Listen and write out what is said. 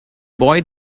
boy